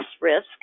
risk